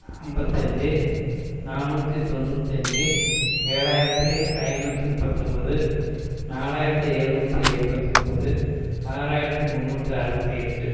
அம்பத்தஞ்சு நானூற்றி தொண்ணூத்தஞ்சு ஏழாயிரத்து ஐநூற்றி முப்பத்தி ஒம்பது நாலாயிரத்து ஏழு நூற்றி எண்பத்தி ஒம்பது ஆறாயிரத்து முன்னூற்றி அறபத்தி எட்டு